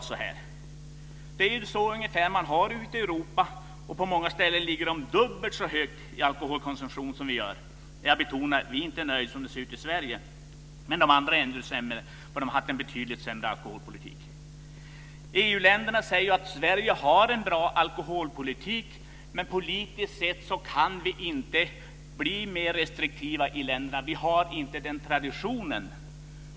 Det är ungefär på det sättet som man har det i Europa. Och på många ställen är alkoholkonsumtionen dubbelt så hög som i Sverige. Jag betonar att vi inte är nöjda med hur det ser ut i Sverige. Men de andra länderna är ännu sämre, eftersom de har haft en betydligt sämre alkoholpolitik. EU-länderna säger ju att Sverige har en bra alkoholpolitik. Men politiskt sett kan de olika länderna inte bli mer restriktiva. De har inte den traditionen.